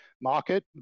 market